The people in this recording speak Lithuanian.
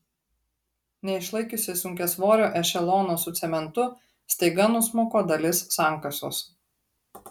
neišlaikiusi sunkiasvorio ešelono su cementu staiga nusmuko dalis sankasos